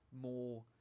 more